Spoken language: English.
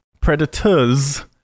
Predators